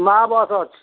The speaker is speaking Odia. ମା ବସ୍ ଅଛି